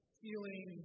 feeling